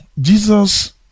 Jesus